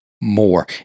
more